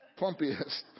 Plumpiest